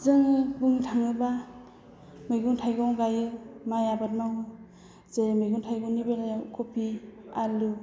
जोङो बुंनो थाङोबा मैगं थाइगं गायो माइ आबाद मावो जेरै मैगं थाइगंनि बेलायाव कबि आलु